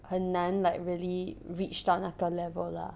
很难 like really reach 到那个 level lah